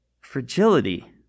fragility